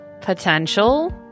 Potential